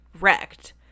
Wrecked